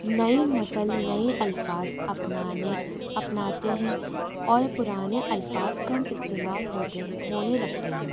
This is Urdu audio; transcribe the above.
نئی نسل نئی الفاظ اپنانے اپناتے ہیں اور پرانے الفاظ کم استعمال ہوتے ہیں ہونے لگتے ہیں